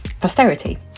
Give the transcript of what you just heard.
posterity